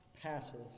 Passive